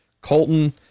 Colton